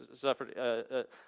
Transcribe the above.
suffered